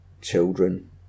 children